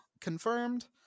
confirmed